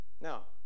Now